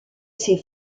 ses